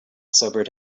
sobered